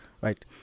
right